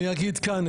אני אגיד כאן,